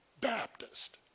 Baptist